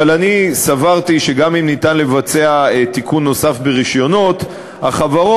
אבל אני סברתי שגם אם ניתן לבצע תיקון נוסף ברישיונות החברות,